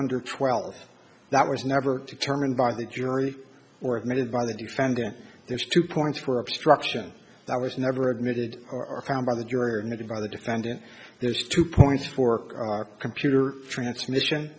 under twelve that was never determined by the jury or admitted by the defendant there's two points for obstruction i was never admitted or found by the juror and maybe by the defendant there's two points for computer transmission